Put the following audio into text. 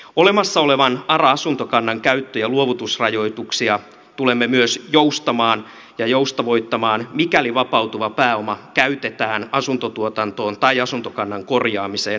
olemassa olevan ara asuntokannan käyttö ja luovutusrajoituksia tulemme myös joustavoittamaan mikäli vapautuva pääoma käytetään asuntotuotantoon tai asuntokannan korjaamiseen